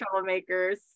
troublemakers